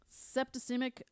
Septicemic